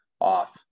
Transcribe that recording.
off